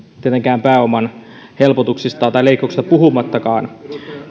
tietenkään pääoman leikkauksista puhumattakaan